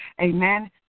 Amen